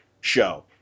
show